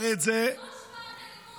זה לא להשוות אפליה.